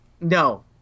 No